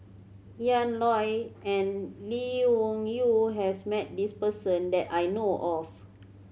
Ian Loy and Lee Wung Yew has met this person that I know of